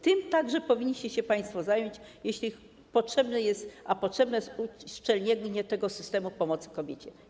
Tym także powinniście się państwo zająć, jeśli potrzebne jest - a jest potrzebne - uszczelnienie systemu pomocy kobiecie.